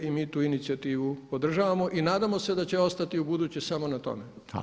Mi tu inicijativu podržavamo i nadamo se da će ostati ubuduće samo na tome.